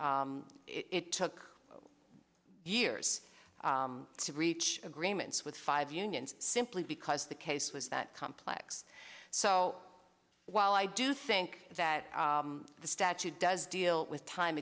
it took years to reach agreements with five unions simply because the case was that complex so while i do think that the statute does deal with time